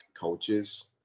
coaches